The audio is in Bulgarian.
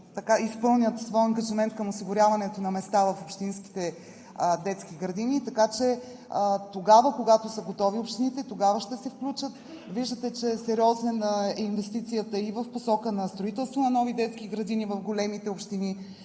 изпълнят своя ангажимент към осигуряването на места в общинските детски градини, така че тогава, когато са готови общините, тогава ще се включат. Виждате, че е сериозна инвестицията и в посока на строителство на нови детски градини в големите общини,